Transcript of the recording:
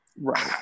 Right